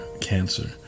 cancer